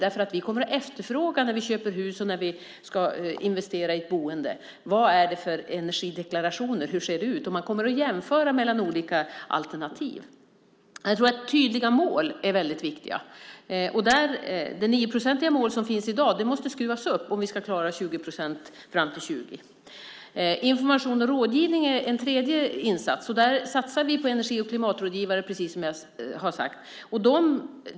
Vi kommer att efterfråga energideklarationer när vi köper hus och ska investera i ett boende. Vi kommer att jämföra mellan olika alternativ. Tydliga mål är viktiga. Det 9-procentiga mål som finns i dag måste skruvas upp om vi ska klara målet 20 procent fram till 2020. Information och rådgivning är en tredje insats, och där satsar vi på energi och klimatrådgivare, precis som jag har sagt.